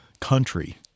country